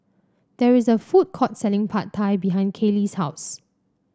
there is a food court selling Pad Thai behind Kaley's house